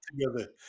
together